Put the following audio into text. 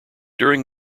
during